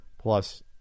plus